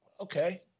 okay